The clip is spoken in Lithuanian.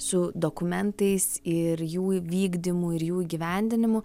su dokumentais ir jų vykdymu ir jų įgyvendinimu